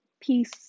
peace